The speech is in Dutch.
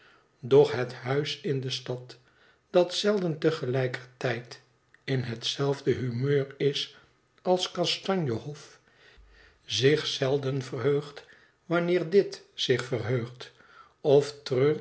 doch het huis in de stad dat zelden te gelijker tijd in hetzelfde humeur is als kastanjehof zich zelden verheugt wanneer dit zich verheugt of